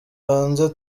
hanze